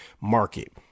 market